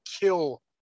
kill